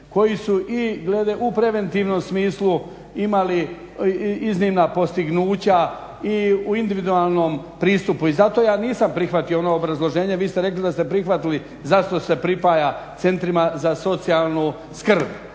koji su i glede u preventivnom smislu imali iznimna postignuća i u individualnom pristupu. I zato ja nisam prihvatio ono obrazloženje. Vi ste rekli da ste prihvatili zašto se pripaja Centrima za socijalnu skrb.